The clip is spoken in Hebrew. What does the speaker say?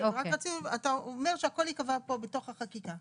אתה אומר שהכל ייקבע פה בתוך החקיקה.